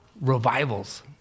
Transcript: revivals